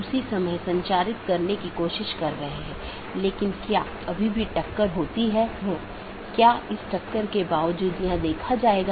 OSPF और RIP का उपयोग AS के माध्यम से सूचना ले जाने के लिए किया जाता है अन्यथा पैकेट को कैसे अग्रेषित किया जाएगा